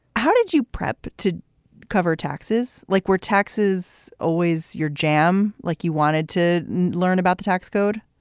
how did you prep to cover taxes? like, were taxes always your jam, like you wanted to learn about the tax code?